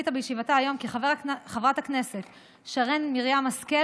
החליטה בישיבתה היום כי חברת הכנסת שרן מרים השכל